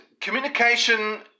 communication